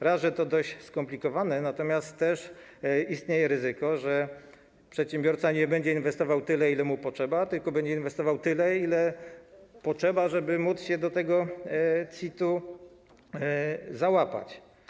Raz, że to dość skomplikowane, natomiast też istnieje ryzyko, że przedsiębiorca nie będzie inwestował tyle, ile mu potrzeba, tylko będzie inwestował tyle, ile potrzeba, żeby móc się do tego CIT-u załapać.